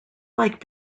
like